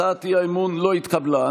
הצעת האי-אמון לא התקבלה.